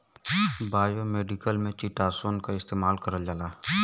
biomedical में chitosan क इस्तेमाल करल जाला